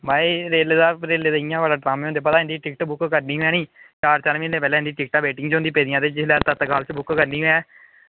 भाई रेलै दा रेलें दा इ'यै नेह् कम्म होंदा भला इं'दी टिकट बुक करनी होऐ नी चार चार म्हीनै पैह्लें इंदियां टिकटां वेटिंग च होंदयां पेदियां ते जेल्लै तत्काल च करनी होऐ